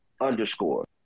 underscore